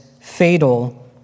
fatal